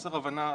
חוסר הבנה.